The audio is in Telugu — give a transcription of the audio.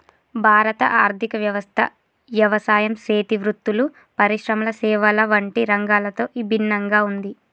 భారత ఆర్థిక వ్యవస్థ యవసాయం సేతి వృత్తులు, పరిశ్రమల సేవల వంటి రంగాలతో ఇభిన్నంగా ఉంది